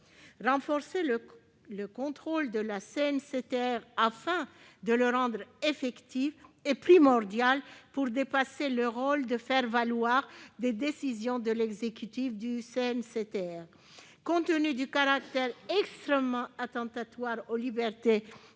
Renforcer le contrôle de la CNCTR, afin de le rendre effectif, est primordial pour qu'elle dépasse son rôle de faire-valoir des décisions de l'exécutif. Compte tenu du caractère extrêmement attentatoire aux libertés